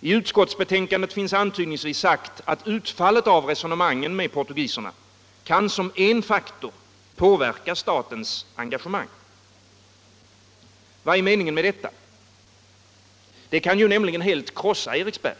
I utskottsbetänkandet finns antydningsvis sagt, att utfallet av resonemangen med portugiserna kan som en faktor påverka statens engagemang. Vad är meningen med detta? Det kan ju helt krossa Eriksberg.